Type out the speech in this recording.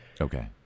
Okay